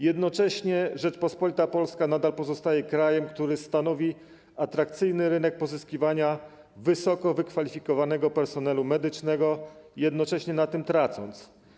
Jednocześnie Rzeczpospolita Polska nadal pozostaje krajem, który stanowi atrakcyjny rynek pozyskiwania wysoko wykwalifikowanego personelu medycznego, jednocześnie na tym tracąc.